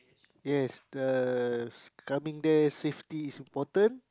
yes the s~ coming there safety is important